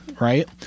right